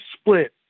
split